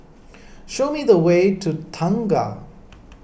show me the way to Tengah